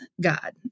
God